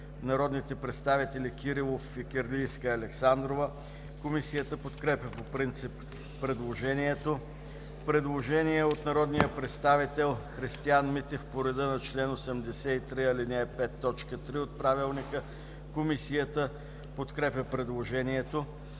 народните представители Кирилов, Фикирлийска, Александрова. Комисията подкрепя по принцип предложението. Предложение от народния представител Емил Димитров по реда на чл. 83, ал. 5, т. 2 от Правилника. Комисията подкрепя предложението.